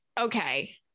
Okay